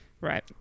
Right